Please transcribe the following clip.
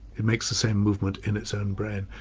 it makes the same movement in its own brain,